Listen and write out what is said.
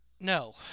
No